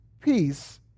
peace